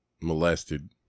molested